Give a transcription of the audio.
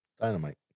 Dynamite